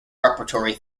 repertory